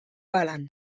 palan